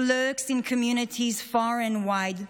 it lurks in communities far and wide,